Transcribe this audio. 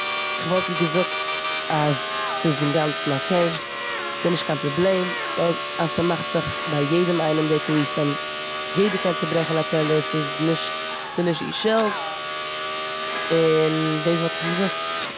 כ'וואלט איר געזאגט אז ס'איז אינגאנצן אקעי, ס'נישט קיין פראבלעם, אז ס'מאכט זיך ביי יעדעם איינעם די טעותים, יעדער קען צוברעכן א טעלער, ס'איז נישט- ס'נישט איר שולד און דאס וואלט איך איר געזאגט.